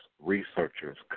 researchers